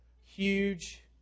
huge